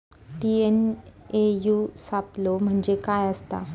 TNAU सापलो म्हणजे काय असतां?